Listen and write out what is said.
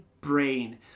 brain